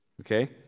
Okay